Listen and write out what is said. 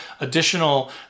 additional